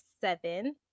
seven